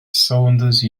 saunders